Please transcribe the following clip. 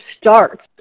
starts